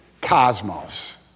cosmos